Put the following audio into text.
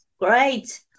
Great